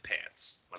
pants